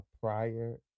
prior